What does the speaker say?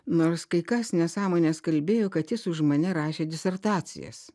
nors kai kas nesąmones kalbėjo kad jis už mane rašė disertacijas